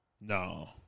no